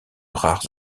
rares